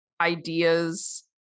ideas